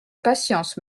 patience